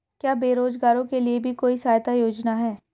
क्या बेरोजगारों के लिए भी कोई सहायता योजना है?